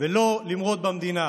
ולא למרוד במדינה,